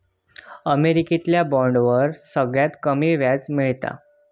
अमेरिकेतल्या बॉन्डवर सगळ्यात कमी व्याज मिळता